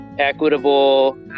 equitable